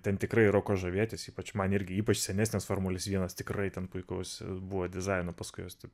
ten tikrai yra kuo žavėtis ypač man irgi ypač senesnės formulės vienas tikrai tam puikus buvo dizaino paskui jos taip